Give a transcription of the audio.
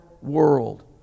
world